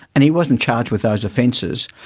and he wasn't charged with those offences.